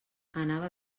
anava